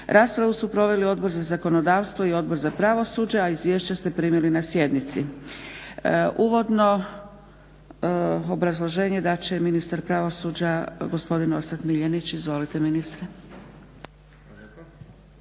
Raspravu su proveli Odbor za zakonodavstvo i Odbor za pravosuđe. Izvješća ste primili na sjednici. Uvodno obrazloženje dat će i ministar pravosuđa gospodin Orsat Miljenić. Izvolite ministre.